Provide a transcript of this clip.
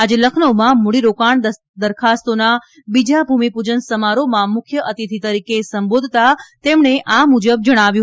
આજે લખનઉમાં મુડીરોકાણ દરખાસ્તોના બીજા ભુમીપુજન સમારોહમાં મુખ્ય અતિથિ તરીકે સંબોધતા તેમણે આ મુજબ જણાવ્યું